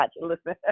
Listen